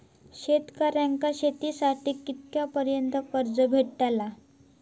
शेतकऱ्यांका शेतीसाठी कितक्या पर्यंत कर्ज भेटताला?